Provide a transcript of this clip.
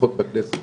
פחות בכנסת,